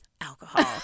Alcohol